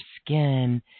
skin